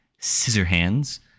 Scissorhands*